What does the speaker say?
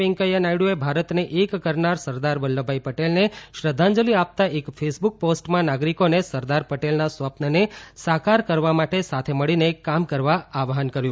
વેંકૈયા નાયડુએ ભારતને એક કરનાર સરદાર વલ્લભભાઈ પટેલને શ્રદ્ધાંજલિ આપતા એક ફેસબુક પોસ્ટમાં નાગરિકોને સરદાર પટેલના સ્વપ્નને સાકાર કરવા માટે સાથે મળીને કામ કરવા આહવાન કર્યું